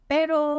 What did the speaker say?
Pero